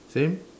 same